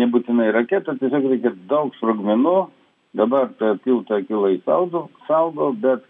nebūtinai raketų tiesiog reikia daug sprogmenų dabar tą tiltą akylai šaudo saugo bet